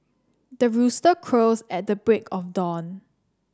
the rooster crows at the break of dawn